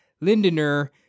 Lindner